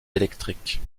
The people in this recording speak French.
électriques